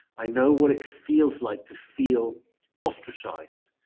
i know what it feels like to feel ostracized.